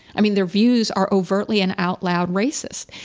i mean, their views are overtly and out loud racist.